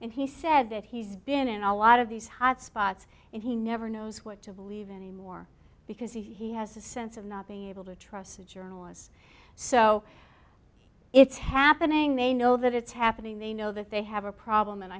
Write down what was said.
and he said that he's been in a lot of these hot spots and he never knows what to believe anymore because he has a sense of not being able to trust journalists so it's happening they know that it's happening they know that they have a problem and